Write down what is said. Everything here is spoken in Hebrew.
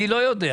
אני לא יודע.